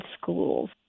schools